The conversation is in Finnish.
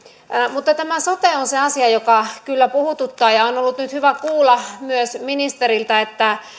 mutta tämä sote on se asia joka kyllä puhututtaa ja on ollut nyt hyvä kuulla myös ministeriltä että